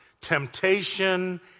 temptation